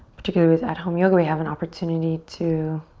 particularly with at-home yoga, we have an opportunity to